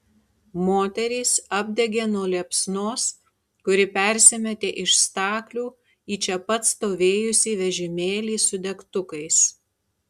moterys apdegė nuo liepsnos kuri persimetė iš staklių į čia pat stovėjusį vežimėlį su degtukais